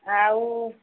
ଆଉ